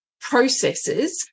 processes